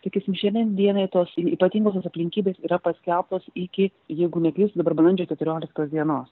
sakysim šiandien dienai tos ypatingosios aplinkybės yra paskelbtos iki jeigu neklystu dabar balandžio keturioliktos dienos